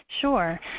Sure